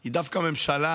היא דווקא ממשלה